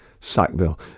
Sackville